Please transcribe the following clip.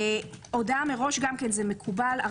הודעה מראש, גם כן זה מקובל.